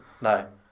No